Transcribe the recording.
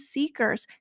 Seekers